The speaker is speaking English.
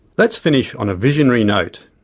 let's finish on a visionary note.